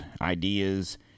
ideas